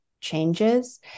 changes